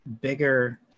bigger